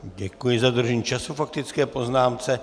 Děkuji za dodržení času k faktické poznámce.